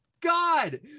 God